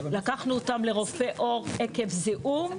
לקחנו אותם לרופא עור עקב זיהום,